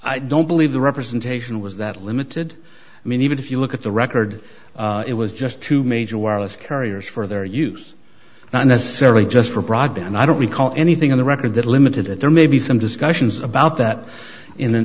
i don't believe the representation was that limited i mean even if you look at the record it was just two major wireless carriers for their use not necessarily just for broadband i don't recall anything in the record that limited it there may be some discussions about that in an